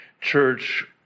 church